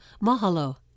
Mahalo